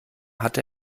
hat